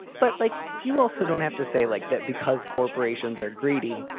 but like you also don't have to say like that because corporations are greedy.